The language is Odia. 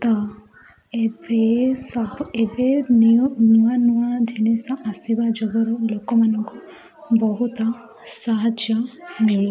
ତ ଏବେ ସବୁ ଏବେ ନୂଆ ନୂଆ ଜିନିଷ ଆସିବା ଯୋଗରୁ ଲୋକମାନଙ୍କୁ ବହୁତ ସାହାଯ୍ୟ ମିଳେ